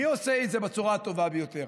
מי עושה את זה בצורה הטובה ביותר?